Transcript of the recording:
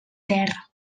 terra